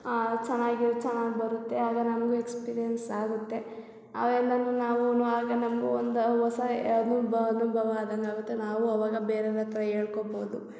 ಚೆನ್ನಾಗಿ ಚೆನ್ನಾಗಿ ಬರುತ್ತೆ ಆಗ ನಮಗೂ ಎಕ್ಸ್ಪೀರಿಯನ್ಸ್ ಆಗುತ್ತೆ ಅವೆಲ್ಲನೂ ನಾವೂ ಆಗ ನಮಗೂ ಒಂದು ಹೊಸ ಅನುಬ ಅನುಭವ ಆದಂಗೆ ಆಗುತ್ತೆ ನಾವು ಅವಾಗ ಬೇರೆವ್ರ ಹತ್ರ ಹೇಳ್ಕೊಬೌದು